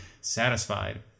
satisfied